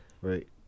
Right